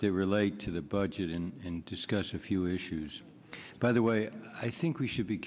that relate to the budget and discuss a few issues by the way i think we should be